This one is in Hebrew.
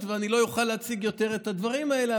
ואני לא אוכל להציג יותר את הדברים האלה,